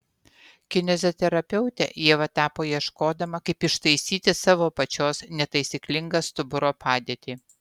kineziterapeute ieva tapo ieškodama kaip ištaisyti savo pačios netaisyklingą stuburo padėtį